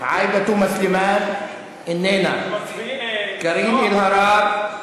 עאידה תומא סלימאן, איננה, קארין אלהרר,